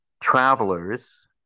travelers